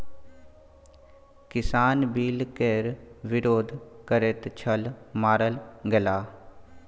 किसान बिल केर विरोध करैत छल मारल गेलाह